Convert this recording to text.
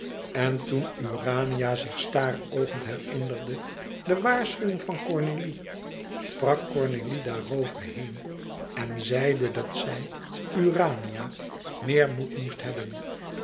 en toen urania zich staaroogend herinnerde de waarschuwing van cornélie sprak cornélie daarover heen en zei dat zij urania meer moed moest hebben